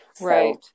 Right